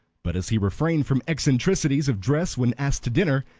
but as he refrained from eccentricities of dress when asked to dinner,